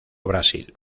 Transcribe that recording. brasil